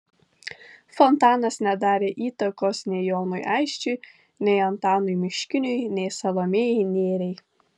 fontanas nedarė įtakos nei jonui aisčiui nei antanui miškiniui nei salomėjai nėriai